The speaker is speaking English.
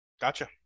Gotcha